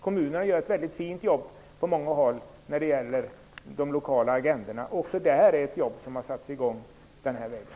Kommunerna gör på många håll ett mycket fint jobb för de lokala agendorna.